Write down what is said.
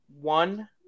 one